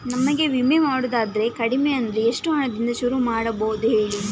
ನಮಗೆ ವಿಮೆ ಮಾಡೋದಾದ್ರೆ ಕಡಿಮೆ ಅಂದ್ರೆ ಎಷ್ಟು ಹಣದಿಂದ ಶುರು ಮಾಡಬಹುದು ಹೇಳಿ